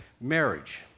Marriage